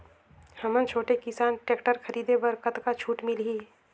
हमन छोटे किसान टेक्टर खरीदे बर कतका छूट मिलही?